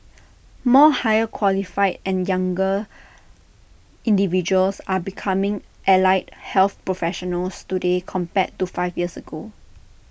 more higher qualified and younger individuals are becoming allied health professionals today compared to five years ago